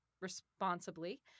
responsibly